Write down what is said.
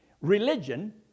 religion